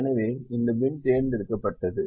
எனவே இந்த பின் தேர்ந்தெடுக்கப்பட்டது